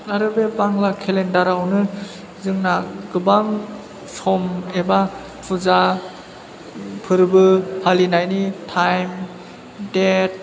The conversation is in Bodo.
आरो बे बांला केलेन्डारावनो जोंना गोबां सम एबा फुजा फोर्बो फालिनायनि टाइम देत